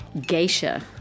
Geisha